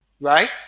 right